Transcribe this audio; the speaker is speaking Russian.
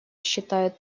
считают